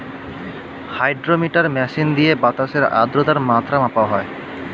hydrometer machine দিয়ে বাতাসের আদ্রতার মাত্রা মাপা হয়